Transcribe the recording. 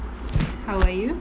how are you